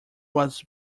was